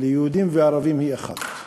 ליהודים וערבים היא אחת,